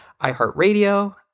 iHeartRadio